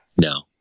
No